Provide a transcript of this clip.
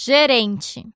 Gerente